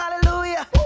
hallelujah